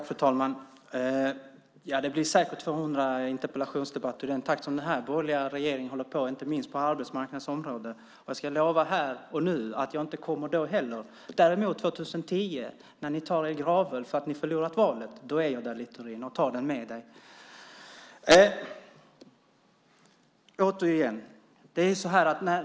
Fru talman! Det blir säkert 200 interpellationsdebatter i den takt som den borgerliga regeringen håller på, inte minst på arbetsmarknadens område. Jag lovar här och nu att jag inte kommer då heller. Men när ni tar er gravöl för att ni har förlorat valet 2010, då är jag där, Littorin, och tar den med dig.